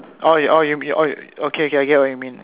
orh you orh you mean oh okay okay I get what you mean